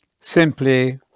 simply